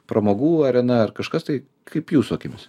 pramogų arena ar kažkas tai kaip jūsų akimis